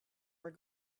were